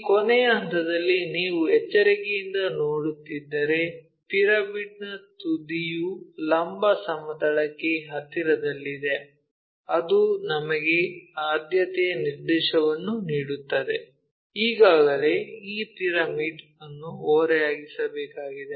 ಈ ಕೊನೆಯ ಹಂತದಲ್ಲಿ ನೀವು ಎಚ್ಚರಿಕೆಯಿಂದ ನೋಡುತ್ತಿದ್ದರೆ ಪಿರಮಿಡ್ನ ತುದಿಯು ಲಂಬ ಸಮತಲಕ್ಕೆ ಹತ್ತಿರದಲ್ಲಿದೆ ಅದು ನಮಗೆ ಆದ್ಯತೆಯ ನಿರ್ದೇಶನವನ್ನು ನೀಡುತ್ತದೆ ಈಗಾಗಲೇ ಈ ಪಿರಮಿಡ್ ಅನ್ನು ಓರೆಯಾಗಿಸಬೇಕಾಗಿದೆ